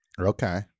Okay